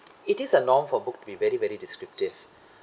it is a norm for book be very very descriptive